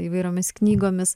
įvairiomis knygomis